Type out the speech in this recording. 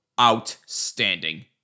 outstanding